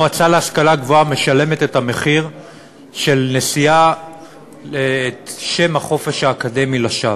המועצה להשכלה גבוהה משלמת את המחיר של נשיאת שם החופש האקדמי לשווא.